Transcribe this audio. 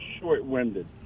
short-winded